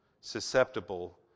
susceptible